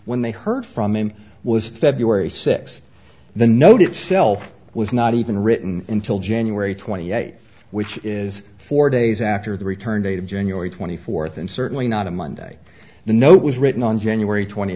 when they heard from him was february sixth the note itself was not even written until january twenty eighth which is four days after the return date of january twenty fourth and certainly not a monday the note was written on january twenty